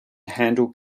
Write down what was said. handle